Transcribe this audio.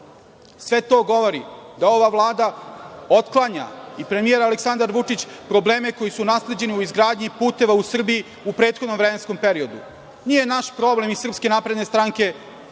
Sve to govori da ova Vlada otklanja i premijer Aleksandar Vučić probleme koji su nasleđeni u izgradnji puteva u Srbiji u prethodnom vremenskom periodu. Nije naš problem iz SNS to što imamo